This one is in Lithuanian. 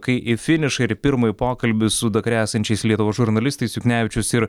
kai į finišą ir į pirmąjį pokalbį su dakare esančiais lietuvos žurnalistais juknevičius ir